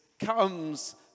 comes